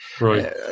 Right